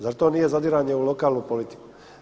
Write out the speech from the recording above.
Zar to nije zadiranje u lokalnu politiku?